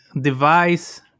device